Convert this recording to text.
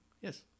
Yes